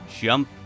jump